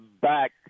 Back